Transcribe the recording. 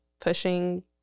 pushing